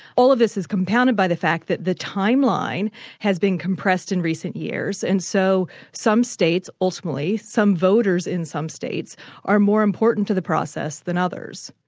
all of this is compounded by the fact that the timeline has been compressed in recent years, and so some states, ultimately, some voters in some states are more important to the process than others.